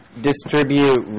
distribute